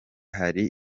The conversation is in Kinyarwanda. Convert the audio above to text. hari